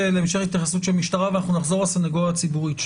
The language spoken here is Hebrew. המשטרה ואנחנו נחזור לסנגוריה הציבורית,